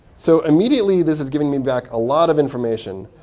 so immediately, this is giving me back a lot of information.